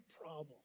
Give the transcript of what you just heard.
problem